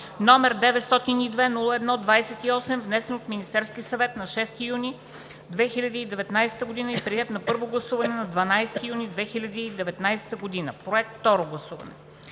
г., № 902-01-28, внесен от Министерския съвет на 6 юни 2019 г., приет на първо гласуване на 12 юни 2019 г. – проект за второ гласуване.